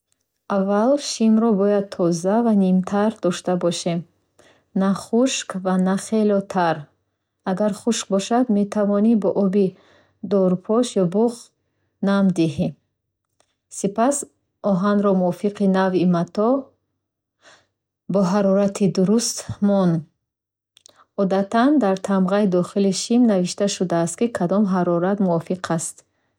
Аввал, шимиро бояд тоза ва нимтар дошта бошем. На хушк-хушк ва на хело тар. Агар хушк бошад, метавонӣ бо оби дорупош ё буғ нам диҳӣ. Сипас, оҳанро мувофиқи навъи матоъ ба ҳарорати дуруст мон. Одатан дар тамғаи дохили шим навишта шудааст, ки кадом ҳарорат мувофиқ аст.